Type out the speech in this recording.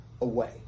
away